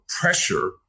pressure